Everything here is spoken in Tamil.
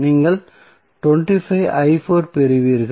நீங்கள் பெறுவீர்கள்